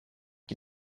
qui